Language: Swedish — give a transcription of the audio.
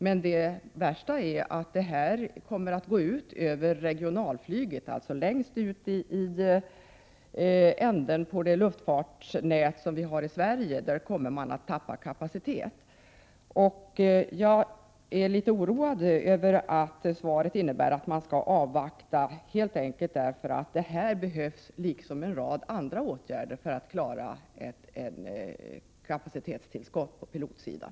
Men det värsta är att detta kommer att gå ut över regionalflyget. Längst ut i änden på det luftfartsnät som vi har i Sverige kommer man att förlora kapacitet. Jag är litet oroad över att svaret innebär att man skall avvakta, helt enkelt därför att det här behövs en rad andra åtgärder för att vi skall få ett kapacitetstillskott på pilotsidan.